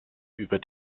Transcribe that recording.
über